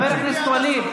חבר הכנסת ווליד.